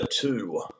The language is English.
two